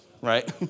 right